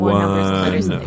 one